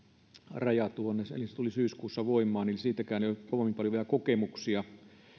raja se tuli syyskuussa voimaan eli siitäkään ei ole kovin paljon vielä kokemuksia